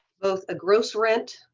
both a gross rent,